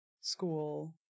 school